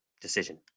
decision